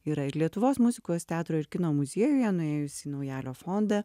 yra ir lietuvos muzikos teatro ir kino muziejuje nuėjus į naujalio fondą